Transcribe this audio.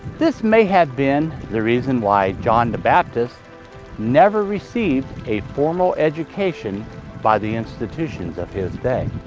this may have been the reason why john the baptist never received a formal education by the institutions of his day.